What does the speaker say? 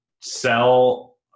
sell